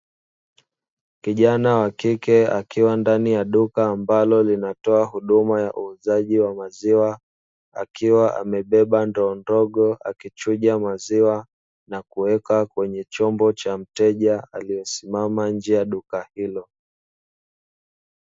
Kijana wa kike akiwa ndani ya duka ambalo linatoa huduma ya uuzaji wa maziwa, akiwa amebeba ndoo ndogo akichuja maziwa na kuweka kwenye chombo cha mteja aliyesimama nje ya duka hilo.